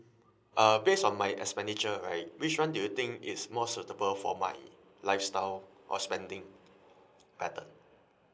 uh based on my expenditure right which one do you think is more suitable for my lifestyle or spending better